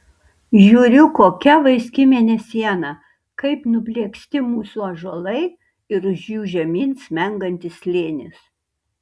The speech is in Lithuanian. žiūriu kokia vaiski mėnesiena kaip nuplieksti mūsų ąžuolai ir už jų žemyn smengantis slėnis